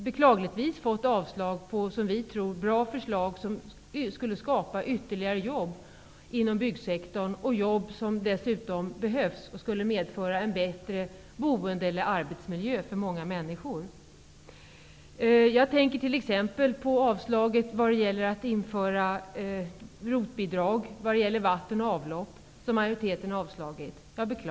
Beklagligtvis har man avstyrkt vad vi tror är bra förslag, som innebär att ytterligare jobb skulle skapas inom byggsektorn. Det handlar dessutom om jobb som behövs och som skulle medföra en bättre boende eller arbetsmiljö för många människor. Jag tänker t.ex. på det faktum att majoriteten avstyrkt förslaget om införandet av ROT-bidrag vad gäller vatten och avlopp. Jag beklagar att det blev ett nej.